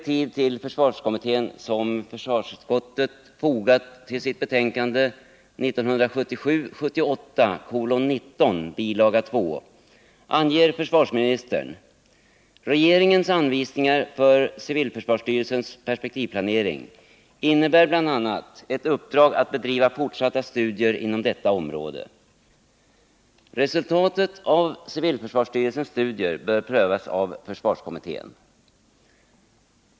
2 till sitt betänkande 1977/78:19 skriver försvarsministern bl.a. ens anvisningar för civilförsvarsstyrelsens perspektivplanering innebär bl.a. ett uppdrag att bedriva fortsatta studier inom detta område. Resultatet av civilförsvarsstyrelsens studier bör prövas av försvarskommittén.